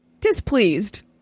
displeased